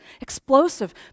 explosive